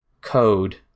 code